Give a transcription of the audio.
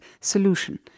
solution